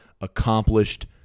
accomplished